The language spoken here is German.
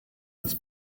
als